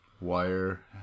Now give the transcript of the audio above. wire